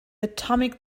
atomic